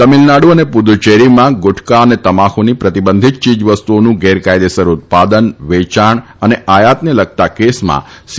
તમિલનાડુ અને પુદુચેરીમાં ગુટખા અને તમાકુની પ્રતિબંધિત યીજવસ્તુઓનું ગેરકાયદેસર ઉત્પાદન વેચાણ આયાતને લગતા કેસમાં સી